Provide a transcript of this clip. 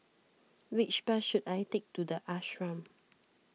which bus should I take to the Ashram